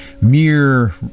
Mere